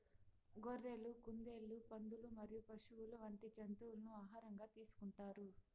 గొర్రెలు, కుందేళ్లు, పందులు మరియు పశువులు వంటి జంతువులను ఆహారంగా తీసుకుంటారు